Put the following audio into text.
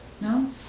No